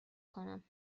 کنم